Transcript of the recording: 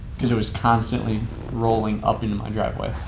because it was constantly rolling up in my driveway.